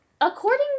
According